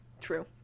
true